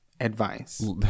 Advice